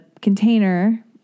container